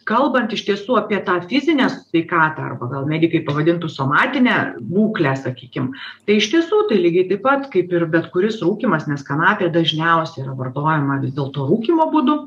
kalbant iš tiesų apie tą fizinę sveikatą arba gal medikai pavadintų somatinę būklę sakykim tai iš tiesų tai lygiai taip pat kaip ir bet kuris rūkymas nes kanapė dažniausiai yra vartojama vis dėlto rūkymo būdu